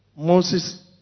Moses